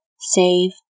save